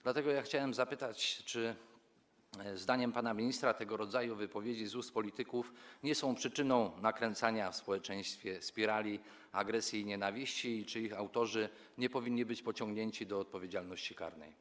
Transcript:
Dlatego chciałem zapytać, czy zdaniem pana ministra tego rodzaju wypowiedzi z ust polityków nie są przyczyną nakręcania w społeczeństwie spirali agresji i nienawiści i czy ich autorzy nie powinni być pociągnięci do odpowiedzialności karnej.